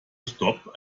stop